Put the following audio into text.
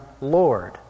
Lord